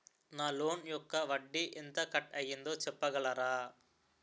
నా లోన్ యెక్క వడ్డీ ఎంత కట్ అయిందో చెప్పగలరా?